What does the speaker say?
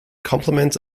complement